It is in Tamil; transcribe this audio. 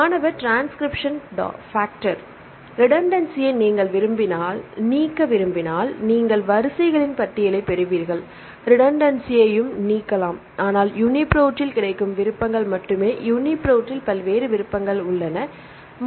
மாணவர் ட்ரான்ஸகிரிப்ஸ்ஸன் பாக்டர் ரிடென்சி ஐ நீக்க விரும்பினால் நீங்கள் வரிசைகளின் பட்டியலைப் பெறுவீர்கள் ரிடென்சி யும் நீக்கலாம் ஆனால் யுனிப்ரோட்டில் கிடைக்கும் விருப்பங்கள் மட்டுமே யுனிப்ரோட்டில் பல்வேறு விருப்பங்களில் கிடைக்கும்